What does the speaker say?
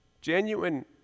genuine